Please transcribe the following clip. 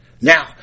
Now